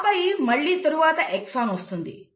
ఆపై మళ్లీ తరువాత ఎక్సాన్ వస్తుంది